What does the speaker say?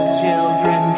children